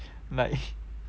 like